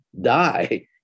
die